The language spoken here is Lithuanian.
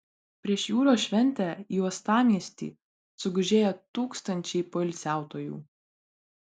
prieš jūros šventę į uostamiestį sugužėjo tūkstančiai poilsiautojų